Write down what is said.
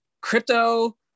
Crypto